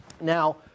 Now